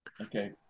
Okay